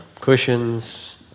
cushions